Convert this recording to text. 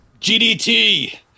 GDT